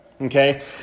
Okay